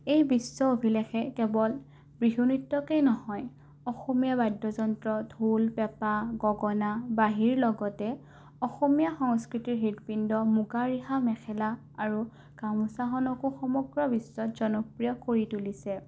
এই বিশ্ব অভিলেখে কেৱল বিহু নৃত্যকে নহয় অসমীয়া বাদ্যযন্ত্ৰ ঢোল পেঁপা গগণা বাঁহীৰ লগতে অসমীয়া সংস্কৃতিৰ হৃদপিণ্ড মুগা ৰিহা মেখেলা আৰু গামোচাখনকো সমগ্ৰ বিশ্বত জনপ্ৰিয় কৰি তুলিছে